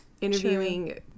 interviewing